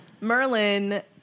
Merlin